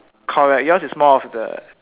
correct yours is more of the